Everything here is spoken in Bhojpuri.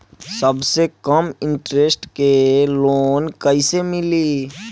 सबसे कम इन्टरेस्ट के लोन कइसे मिली?